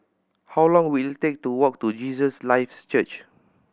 how long will it take to walk to Jesus Lives Church